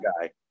guy